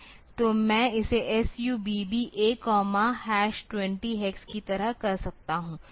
तो मैं इसे SUBB A 20 हेक्स की तरह कर सकता हूं